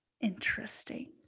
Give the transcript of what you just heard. interesting